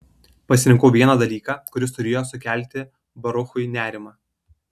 pasirinkau vieną dalyką kuris turėjo sukelti baruchui nerimą